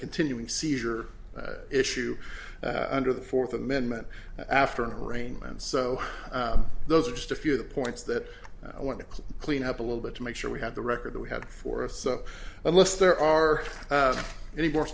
continuing seizure issue under the fourth amendment after an arraignment so those are just a few of the points that i want to clean up a little bit to make sure we have the record that we had for us so unless there are any more